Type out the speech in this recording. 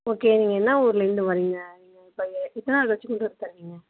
okay நீங்கள் என்ன ஊர்லேருந்து வர்றீங்க இப்போ எ எத்தனாவது வருஷம் தருவீங்க